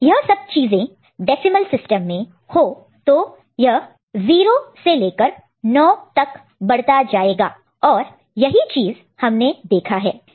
यह सब चीजें डेसिमल सिस्टम में हो तो यह 0 से लेकर 9 तक बढ़ता जाएगा और यही चीज हमने देखा है